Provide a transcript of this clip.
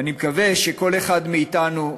ואני מקווה שכל אחד מאתנו,